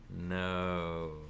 No